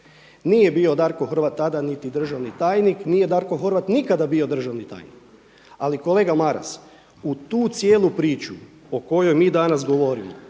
Nije bio Darko Horvat tada niti državni tajnik nije Darko Horvat nikada bio državni tajnik. Ali kolega Maras u tu cijelu priču o kojoj mi danas govorimo